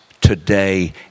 today